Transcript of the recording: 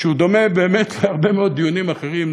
שדומה באמת להרבה מאוד דיונים אחרים,